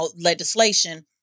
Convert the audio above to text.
legislation